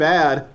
Bad